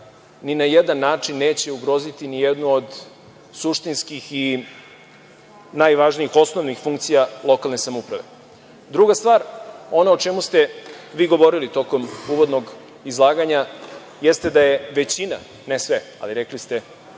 ni na jedan način neće ugroziti ni jedno od suštinskih i najvažnijih osnovnih funkcija lokalne samouprave. Druga stvar, ono o čemu ste vi govorili tokom uvodnog izlaganja jeste da je većina, ne sve, ali rekli ste